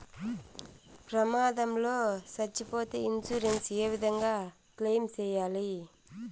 ప్రమాదం లో సచ్చిపోతే ఇన్సూరెన్సు ఏ విధంగా క్లెయిమ్ సేయాలి?